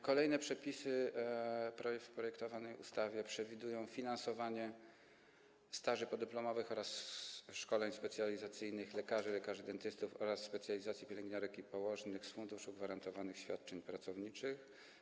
Kolejne przepisy w projektowanej ustawie przewidują finansowanie staży podyplomowych oraz szkoleń specjalizacyjnych lekarzy, lekarzy dentystów oraz specjalizacji pielęgniarek i położnych z Funduszu Gwarantowanych Świadczeń Pracowniczych.